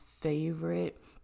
favorite